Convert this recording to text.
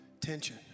tension